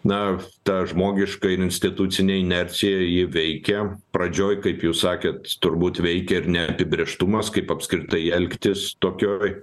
na ta žmogiška ir institucinė inercija ji veikia pradžioj kaip jūs sakėt turbūt veikė ir neapibrėžtumas kaip apskritai elgtis tokioj